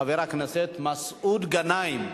חבר הכנסת מסעוד גנאים,